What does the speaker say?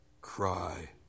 cry